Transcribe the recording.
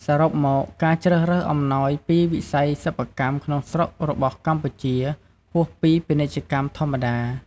សរុបមក ការជ្រើសរើសអំណោយពីវិស័យសិប្បកម្មក្នុងស្រុករបស់កម្ពុជា ហួសពីពាណិជ្ជកម្មធម្មតា។